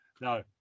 No